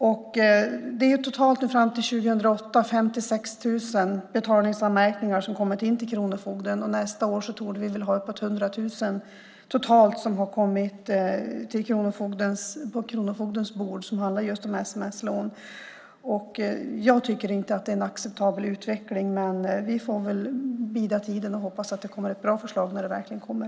Det är fram till 2008 totalt 56 000 betalningsanmärkningar som kommit in till kronofogden, och nästa år torde vi ha uppåt 100 000 totalt som har hamnat på kronofogdens bord och handlar om sms-lån. Jag tycker inte att det är en acceptabel utveckling, men vi får väl bida tiden och hoppas att det kommer ett bra förslag när det väl kommer.